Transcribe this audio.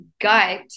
gut